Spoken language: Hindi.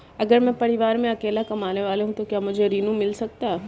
अगर मैं परिवार में अकेला कमाने वाला हूँ तो क्या मुझे ऋण मिल सकता है?